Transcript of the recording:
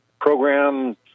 program